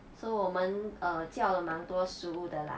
so 我们 err 叫了蛮多食物的啦